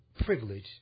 privilege